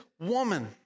woman